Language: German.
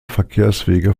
verkehrswege